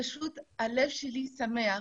הלב שלי שמח.